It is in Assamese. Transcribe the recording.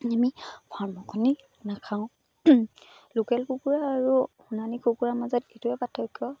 আমি ফাৰ্মৰ কণী নাখাওঁ লোকেল কুকুৰা আৰু সোণালী কুকুৰাৰ মাজত এইটোৱে পাৰ্থক্য